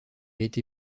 été